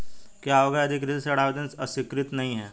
क्या होगा यदि ऋण आवेदन स्वीकृत नहीं है?